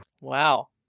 Wow